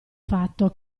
fatto